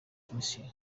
tricia